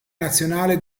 nazionale